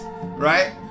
right